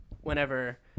whenever